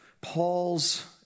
Paul's